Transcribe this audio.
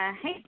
hey